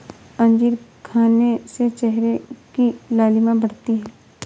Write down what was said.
अंजीर खाने से चेहरे की लालिमा बढ़ती है